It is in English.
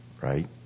right